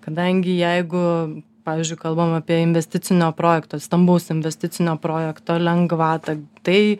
kadangi jeigu pavyzdžiui kalbama apie investicinio projekto stambaus investicinio projekto lengvatą tai